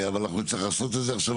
אנחנו נצטרך לעשות את זה עכשיו,